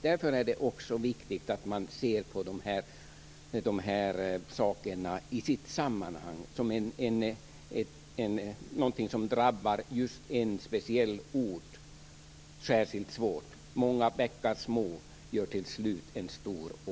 Därför är det viktigt att man sätter de här frågorna i sitt sammanhang som någonting som drabbar just en speciell ort särskilt hårt. Många bäckar små gör till slut en stor å.